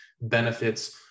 benefits